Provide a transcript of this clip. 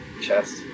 chest